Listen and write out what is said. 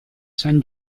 san